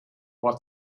what